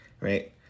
Right